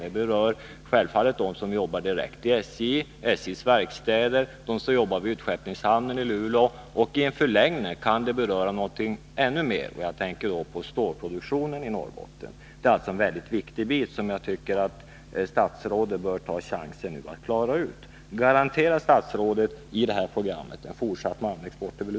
Det berör självfallet dem som arbetar direkt inom SJ, SJ:s verkstäder och dem som arbetar vid utskeppningshamnen i Luleå. I en förlängning kan ännu mer beröras, nämligen stålproduktionen i Norrbotten. Det är alltså en viktig delfråga som jag anser att statsrådet bör ta chansen att klara ut nu.